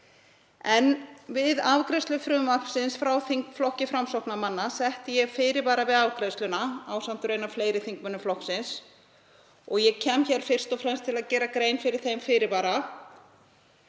Við afgreiðslu frumvarpsins frá þingflokki Framsóknarmanna setti ég fyrirvara við afgreiðsluna ásamt raunar fleiri þingmönnum flokksins. Ég kem hér fyrst og fremst til að gera grein fyrir þeim fyrirvara.